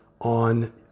on